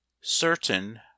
Certain